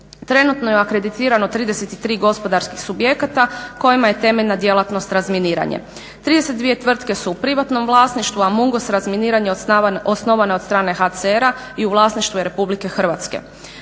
Trenutno je akreditirano 33 gospodarskih subjekata kojima je temeljna djelatnost razminiranje. 32 tvrtke su u privatnom vlasništvu, a Mungos razminiranje osnovano je od strane HCR-a i u vlasništvu je RH.